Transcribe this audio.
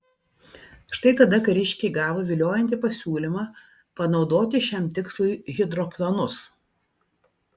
štai tada kariškiai gavo viliojantį pasiūlymą panaudoti šiam tikslui hidroplanus